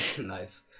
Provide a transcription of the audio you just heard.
Nice